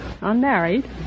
unmarried